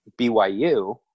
BYU